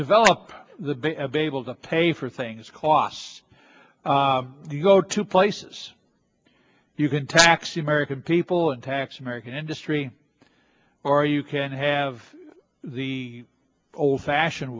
develop the base of able to pay for things cos you go to places you can tax the american people and tax american industry or you can have the old fashioned